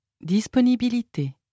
Disponibilité